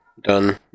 done